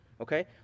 okay